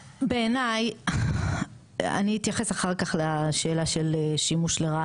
בעיניי אני אתייחס אחר כך לשאלה של שימוש לרעה,